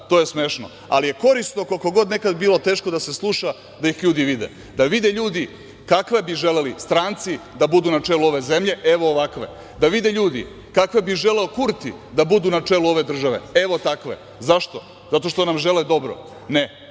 to je smešno, ali je korisno koliko god nekada bilo teško da se sluša, da ih ljudi vide, da vide ljudi kakve bi želeli stranci da budu na čelu ove zemlje, evo ovakve, da vide ljudi kakve bi želeo Kurti da budu na čelu ove države, evo takve. Zašto? Zato što nam žele dobro. Ne,